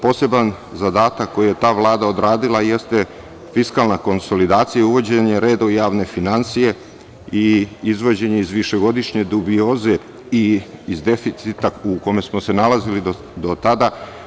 Poseban zadatak koji je ta Vlada odradila jeste fiskalna konsolidacija i uvođenje reda u javne finansije i izvođenje iz višegodišnje dubioze i iz deficita u kome smo se nalazili do tada.